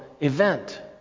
event